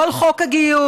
לא על חוק הגיוס.